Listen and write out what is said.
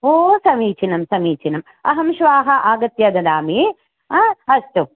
ओ समीचीनं समीचीनम् अहं श्वः आगत्य ददामि हा अस्तु